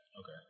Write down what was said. Okay